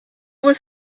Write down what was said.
was